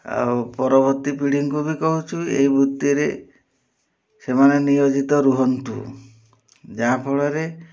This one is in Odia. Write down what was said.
ଆଉ ପରବର୍ତ୍ତୀ ପିଢ଼ିଙ୍କୁ ବି କହୁଛୁ ଏହି ବୃତ୍ତିରେ ସେମାନେ ନିୟୋଜିତ ରୁହନ୍ତୁ ଯାହାଫଳରେ